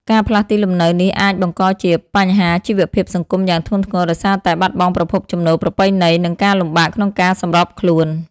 ការផ្លាស់ទីលំនៅនេះអាចបង្កជា បញ្ហាជីវភាពសង្គមយ៉ាងធ្ងន់ធ្ងរ ដោយសារតែ បាត់បង់ប្រភពចំណូលប្រពៃណី និងការលំបាកក្នុងការសម្របខ្លួន។